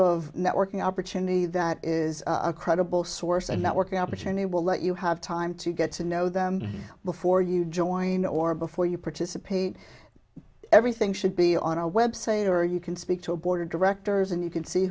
of networking opportunity that is a credible source of networking opportunity will let you have time to get to know them before you join or before you participate everything should be on a website or you can speak to a board of directors and you can see